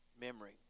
memory